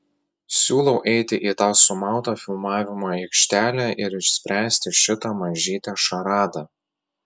siūlau eiti į tą sumautą filmavimo aikštelę ir išspręsti šitą mažytę šaradą